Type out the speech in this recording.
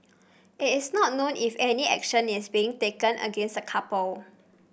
it is not known if any action is being taken against the couple